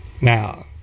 Now